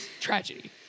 tragedy